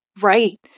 right